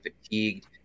fatigued